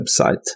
website